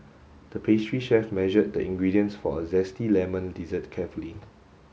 the pastry chef measured the ingredients for a zesty lemon dessert carefully